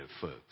folks